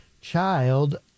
child